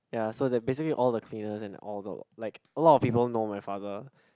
ya so they're basically all the cleaners and all the like a lot of people know my father